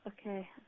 okay